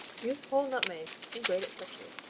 use whole nutmeg and grate it freshly.